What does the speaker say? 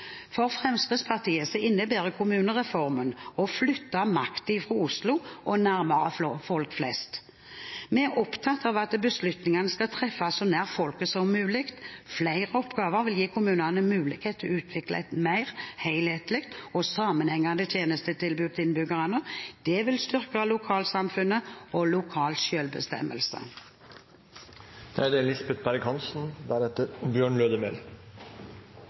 For Fremskrittspartiet innebærer kommunereformen å flytte makt fra Oslo og nærmere folk flest. Vi er opptatt av at beslutningene skal treffes så nær folket som mulig. Flere oppgaver vil gi kommunene mulighet til å utvikle et mer helhetlig og sammenhengende tjenestetilbud til innbyggerne. Det vil styrke lokalsamfunnet og lokal selvbestemmelse. Det er